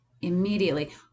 immediately